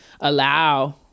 allow